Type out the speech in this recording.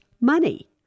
money